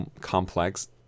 complex